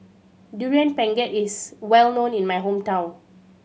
Durian Pengat is well known in my hometown